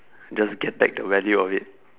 just get back the value of it